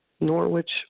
Norwich